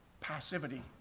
passivity